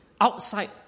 Outside